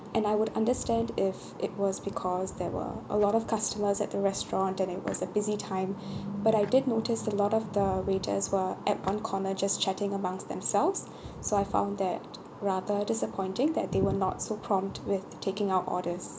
and I would understand if it was because there were a lot of customers at the restaurant and it was a busy time but I did notice a lot of the waiters were at one corner just chatting amongst themselves so I found that rather disappointing that they were not so prompt with taking our orders